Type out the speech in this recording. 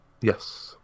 Yes